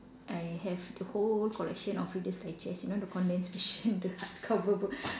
I have the whole collection of reader's digest you know the condensed version the hardcover book